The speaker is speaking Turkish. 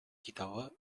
kitabı